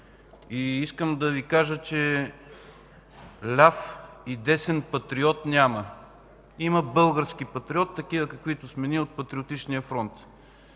Искам да кажа, че ляв и десен патриот няма. Има български патриоти, каквито сме ние от Патриотичния фронт.